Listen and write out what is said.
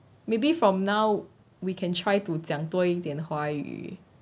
maybe from now we can try to 讲多一点华语